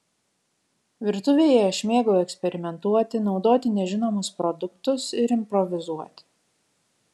virtuvėje aš mėgau eksperimentuoti naudoti nežinomus produktus ir improvizuoti